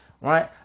right